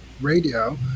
radio